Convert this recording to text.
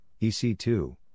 EC2